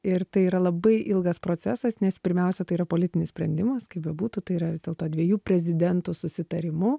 ir tai yra labai ilgas procesas nes pirmiausia tai yra politinis sprendimas kaip bebūtų tai yra vis dėlto dviejų prezidentų susitarimu